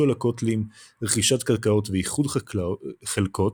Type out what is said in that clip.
על הקתולים רכישת קרקעות ואיחוד חלקות,